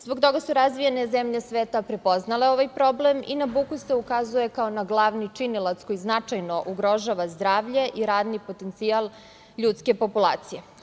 Zbog toga su razvijene zemlje sveta prepoznale ovaj problem i na buku se ukazuje kao na glavni činilac koji značajno ugrožava zdravlje i radni potencijal ljudske populacije.